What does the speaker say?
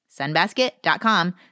sunbasket.com